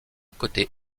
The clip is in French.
côté